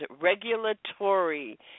regulatory